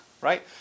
right